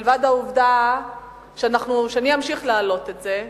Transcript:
מלבד העובדה שאני אמשיך להעלות את זה.